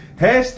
Hashtag